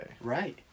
Right